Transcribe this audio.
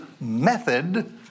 method